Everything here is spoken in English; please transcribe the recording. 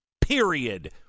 Period